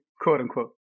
Quote-unquote